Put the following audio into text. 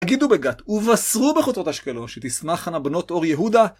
תגידו בגת, ובשרו בחוצות אשקלון, שכשמחנה בנות אור יהודה?